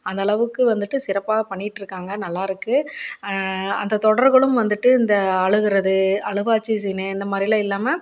அந்த அளவுக்கு வந்துட்டு சிறப்பாக பண்ணிக்கிட்டிருக்காங்க நல்லா இருக்குது அந்த தொடர்களும் வந்துட்டு இந்த அழுகிறது அழுவாச்சி சீனு இந்த மாதிரிலாம் இல்லாமல்